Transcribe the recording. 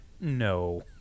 No